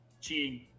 cheating